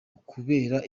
ukubera